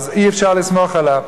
אז אי-אפשר לסמוך עליו.